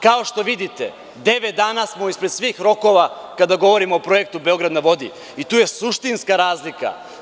Kao što vidite, devet dana smo ispred svih rokova kada govorim o Projektu „Beograd na vodi“ i tu je suštinska razlika.